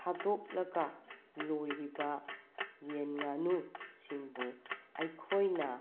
ꯊꯥꯗꯣꯛꯂꯒ ꯂꯣꯏꯔꯤꯕ ꯌꯦꯟ ꯉꯥꯅꯨꯁꯤꯡꯕꯨ ꯑꯩꯈꯣꯏꯅ